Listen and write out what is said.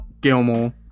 Gilmore